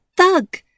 thug